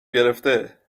گرفته